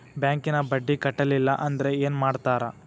ಬ್ಯಾಂಕಿನ ಬಡ್ಡಿ ಕಟ್ಟಲಿಲ್ಲ ಅಂದ್ರೆ ಏನ್ ಮಾಡ್ತಾರ?